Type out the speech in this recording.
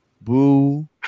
Boo